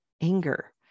anger